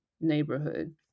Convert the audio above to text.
neighborhood